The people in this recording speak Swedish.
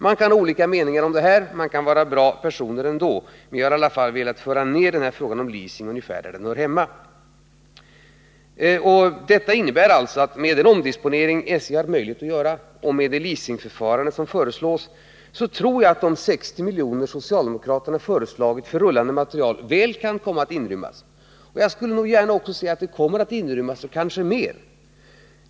Man kan ha olika meningar om det här, och man kan vara bra personer ändå. Vi har i alla fall velat föra ned den här frågan om leasing där den hör hemma. Med den omdisponering SJ har möjlighet att göra och med det leasingförfarande som föreslås tror jag att de 60 miljoner som socialdemokraterna föreslagit för rullande materiel väl kan komma att inrymmas. Och jag skulle nog gärna se att de kommer att inrymmas, och kanske mer.